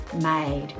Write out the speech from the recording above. made